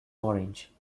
orange